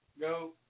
go